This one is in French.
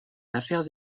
affaires